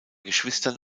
geschwistern